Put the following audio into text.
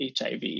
HIV